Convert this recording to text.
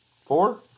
Four